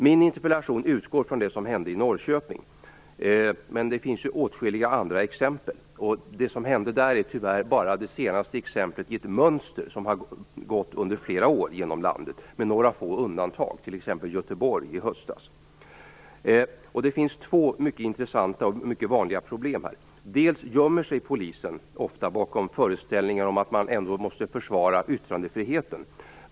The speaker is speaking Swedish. Min interpellation utgår från det som hände i Norrköping. Men det finns åtskilliga andra exempel. Det som hände där är tyvärr bara det senaste exemplet i ett mönster som synts över landet i flera år. Det finns några få undantag såsom Göteborg i höstas. Det finns två mycket intressanta och vanliga problem. Polisen gömmer sig ofta bakom föreställningen att man ändå måste försvara yttrandefriheten.